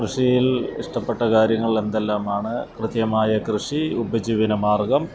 കൃഷിയിൽ ഇഷ്ടപ്പെട്ട കാര്യങ്ങൾ എന്തെല്ലാമാണ് കൃത്യമായ കൃഷി ഉപജീവന മാർഗം